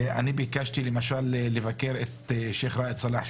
אני ביקשתי למשל לבקר את שיח' ראא'ד צלאח,